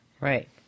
Right